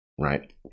right